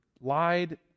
lied